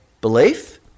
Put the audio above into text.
belief